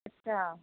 ਅੱਛਾ